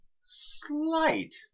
slight